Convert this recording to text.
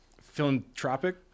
philanthropic